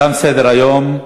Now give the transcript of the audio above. תם סדר-היום.